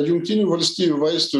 jungtinių valstijų vaistų